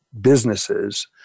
businesses